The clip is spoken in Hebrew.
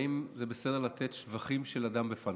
האם זה בסדר לתת שבחים של אדם בפניו?